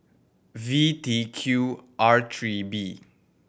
V T Q R three B